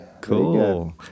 cool